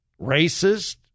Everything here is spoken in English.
racist